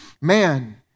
Man